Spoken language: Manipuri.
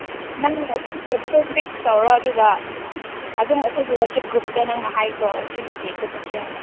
ꯅꯪ ꯐꯦꯛꯁ ꯇꯧꯔꯣ ꯑꯗꯨꯝ ꯑꯩꯈꯣꯏꯒꯤ ꯋꯥꯆꯦꯞ ꯒ꯭ꯔꯨꯞꯇ ꯅꯪꯅ ꯍꯥꯏꯈ꯭ꯔꯣ ꯁꯤꯒꯤ ꯗꯦꯠꯇ ꯆꯠꯁꯦ ꯍꯥꯏꯅ